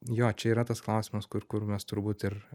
jo čia yra tas klausimas kur kur mes turbūt ir